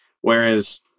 Whereas